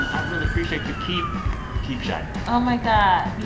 and i really appreciate you. keep keep shining oh, my god. you